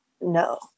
no